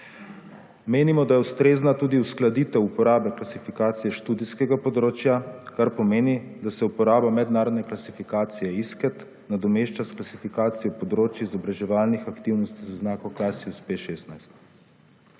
Menimo, da je ustrezna tudi uskladitev uporabe klasifikacije študijskega področja, kar pomeni, da se uporaba mednarodne klasifikacije ISKET, nadomešča s klasifikacijo področij izobraževalnih aktivnosti z oznako /nerazumljivo/